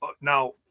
now